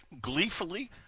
gleefully